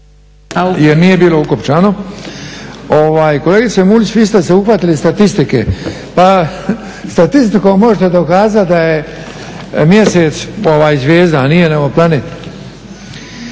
nije uključen./ … Kolegice Mulić vi ste se uhvatili statistike. Pa statistikom možete dokazat da je mjesec zvijezda, a nije nego planet.